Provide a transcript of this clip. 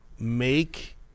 make